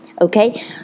okay